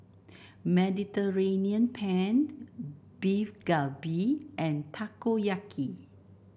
Mediterranean Penne Beef Galbi and Takoyaki